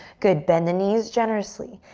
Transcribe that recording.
good, bend the knees generously.